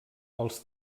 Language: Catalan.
els